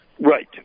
Right